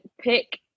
pick